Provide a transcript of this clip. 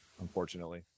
unfortunately